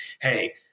hey